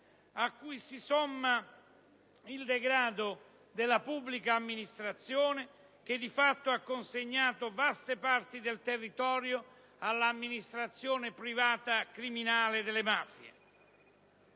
a cui si somma il degrado della pubblica amministrazione che, di fatto, ha consegnato vaste parti del territorio all'amministrazione privata criminale delle mafie.